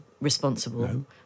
responsible